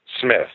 Smith